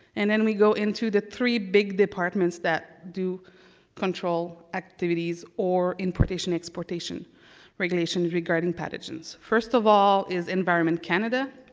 and then we go into the three big departments that do control activities or importation exportation regulation regarding pathogens. first of all is environment canada,